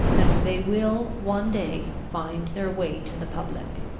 that they will one day find their way to the public!